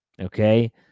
Okay